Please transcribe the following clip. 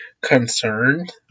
concerned